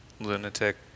lunatic